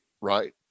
right